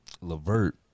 Levert